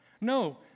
No